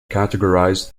categorized